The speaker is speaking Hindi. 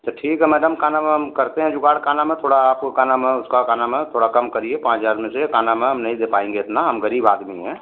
तो ठीक है मैडम का नाम है हम करते हैं जुगाड़ का नाम है थोड़ा आपको का नाम है उसका का नाम है थोड़ा कम करिए पाँच हजार में से का नाम है हम नहीं दे पाएँगे इतना हम गरीब आदमी है